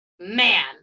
man